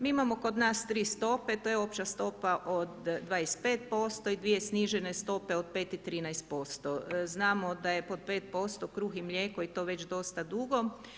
Mi imamo kod nas 3 stope, to je opća stopa od 25% i dvije snižene stope od 5 i 13 % znamo da je po 5% kruh i mlijeko i to već dosta dugo.